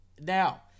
Now